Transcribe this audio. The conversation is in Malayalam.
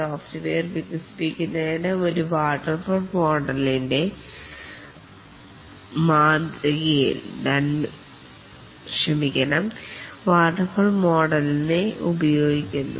സോഫ്റ്റ്വെയർ വികസിപ്പിക്കുന്നതിന് ഒരു വാട്ടർഫാൾ മോഡലിനെ ഉപയോഗിക്കുന്നു